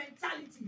mentality